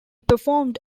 performed